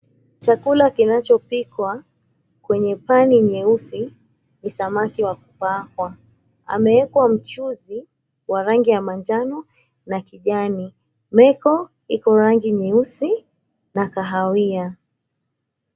Chakula kinachopikwa kwenye pani nyeusi ni samaki wa kukaangwa. Amewekwa mchuzi wa rangi ya manjano na kijani. Meko iko rangi nyeusi na kahawia.